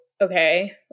okay